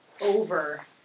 over